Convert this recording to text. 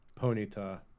Ponyta